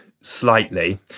slightly